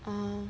orh